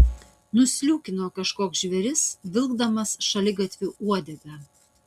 nusliūkino kažkoks žvėris vilkdamas šaligatviu uodegą